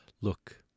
Look